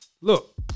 Look